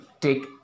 take